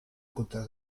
contra